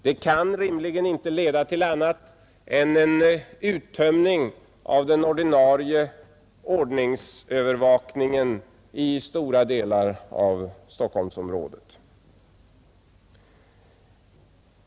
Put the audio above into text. Det kan rimligen inte leda till annat än en uttunning av den ordinarie ordningsövervakningen i stora delar av Stockholmsområdet.